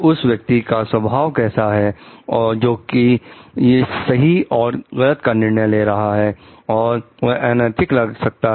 उस व्यक्ति का स्वभाव कैसा है जो इस सही और गलत का निर्णय ले रहा है और वह अनैतिक लग सकता है